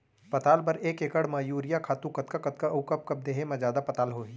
पताल बर एक एकड़ म यूरिया खातू कतका कतका अऊ कब कब देहे म जादा पताल होही?